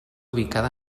ubicada